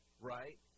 right